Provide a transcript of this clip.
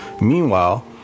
meanwhile